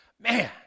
Man